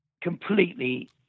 completely